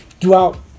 throughout